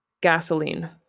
gasoline